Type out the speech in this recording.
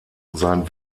sein